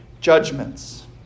judgments